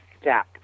step